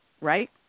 right